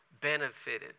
benefited